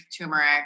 turmeric